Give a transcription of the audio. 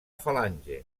falange